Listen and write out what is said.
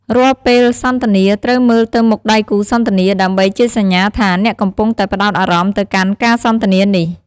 រាល់ពេលសន្ទនា ត្រូវមើលទៅមុខដៃគូសន្ទនា ដើម្បីជាសញ្ញាថា អ្នកកំពុងតែផ្តោតអារម្មណ៍ទៅកាន់ការសន្ទនានេះ។